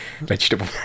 vegetable